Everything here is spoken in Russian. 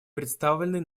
представленный